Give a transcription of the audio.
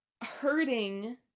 hurting